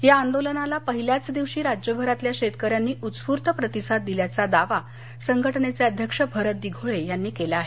या आंदोलनाला पहिल्याच दिवशी राज्यभरातल्या शेतक यांनी उत्स्फूर्त प्रतिसाद दिल्याचा दावा संघटनेचे अध्यक्ष भरत दिघोळे यांनी केला आहे